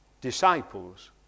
Disciples